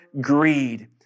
greed